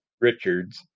Richards